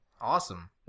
Awesome